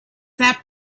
that